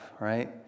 right